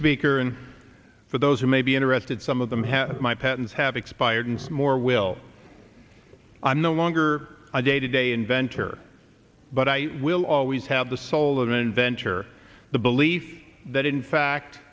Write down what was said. speaker and for those who may be interested some of them have my patents have expired more will i'm no longer a day to day inventor but i will always have the soul of an venture the belief that in fact